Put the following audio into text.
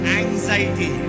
anxiety